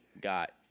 got